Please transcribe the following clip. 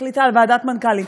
החליטה על ועדת מנכ"לים.